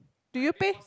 do you pay